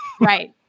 right